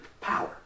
power